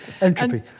Entropy